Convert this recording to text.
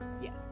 Yes